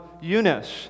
Eunice